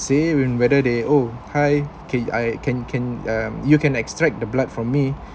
see when whether they oh hi can I can can um you can extract the blood from me